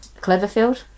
Cleverfield